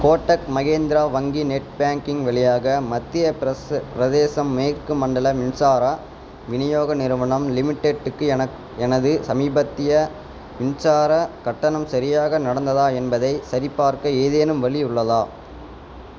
கோட்டக் மஹிந்திரா வங்கி net banking வழியாக மத்திய ப்ரஸு பிரதேசம் மேற்கு மண்டல மின்சார விநியோக நிறுவனம் லிமிடெட்க்கு எனக் எனது சமீபத்திய மின்சாரக் கட்டணம் சரியாக நடந்ததா என்பதைச் சரிபார்க்க ஏதேனும் வழி உள்ளதா